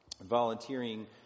volunteering